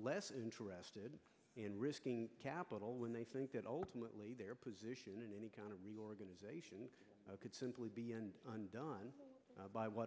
less interested in risking capital when they think that ultimately their position in any kind of reorganization could simply be done by what